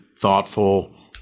thoughtful